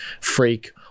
freak